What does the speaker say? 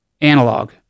analog